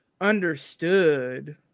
understood